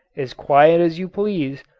as quiet as you please,